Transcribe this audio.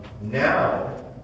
now